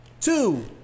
two